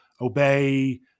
obey